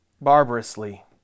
barbarously